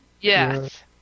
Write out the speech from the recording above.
Yes